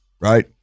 right